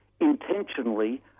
intentionally